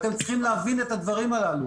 אתם צריכים להבין את הדברים הללו.